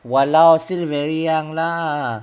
!walao! still very young lah